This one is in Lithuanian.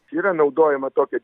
yra naudojama tokia